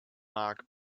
mark